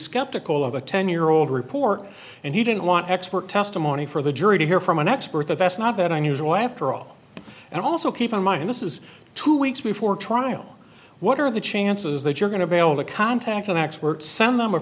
skeptical of a ten year old report and he didn't want expert testimony for the jury to hear from an expert that that's not that unusual after all and also keep in mind this is two weeks before trial what are the chances that you're going to be able to contact an x worked send them a